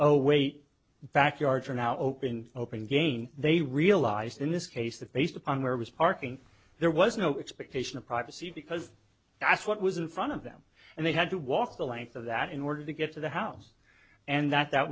oh wait backyards are now open open again they realized in this case that based upon where was parking there was no expectation of privacy because that's what was in front of them and they had to walk the length of that in order to get to the house and that that